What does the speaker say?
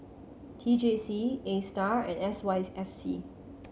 T J C Astar and S Y F C